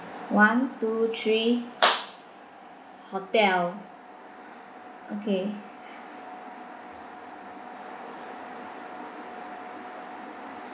one two three hotel okay